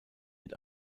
mit